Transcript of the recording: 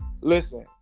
Listen